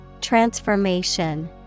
Transformation